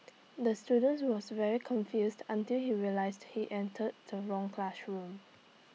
the student was very confused until he realised he entered the wrong classroom